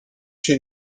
się